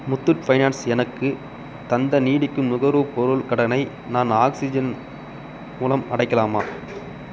Muthoot finance எனக்கு தந்த நீடிக்கும் நுகர்வு பொருள் கடனை நான் ஆக்ஸிஜன் மூலம் அடைக்கலாமா